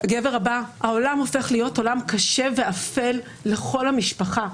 העולם הופך להיות עולם קשה ואפל לכל המשפחה.